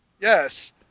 Yes